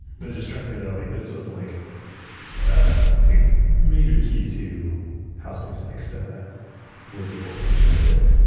but it distracted me though, like this was like a major key to how spacex ah was able to disrupt it.